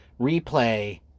replay